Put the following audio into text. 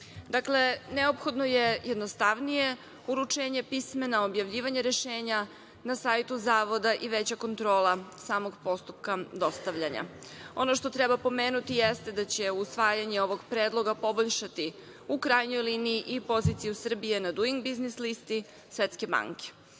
Dakle, neophodno je jednostavnije uručenje pismena, objavljivanje rešenja na sajtu zavoda i veća kontrola samog postupka dostavljanja. Ono što treba pomenuti jeste da će usvajanje ovog predloga poboljšati u krajnjoj liniji i poziciju Srbije na Duing biznis listi Svetske banke.